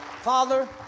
Father